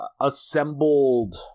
assembled